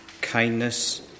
kindness